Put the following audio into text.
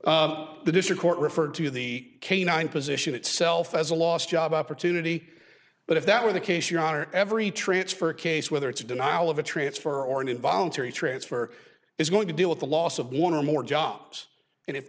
the district court referred to the canine position itself as a last job opportunity but if that were the case your honor every transfer case whether it's a denial of a transfer or an involuntary transfer is going to deal with the loss of one or more jobs and if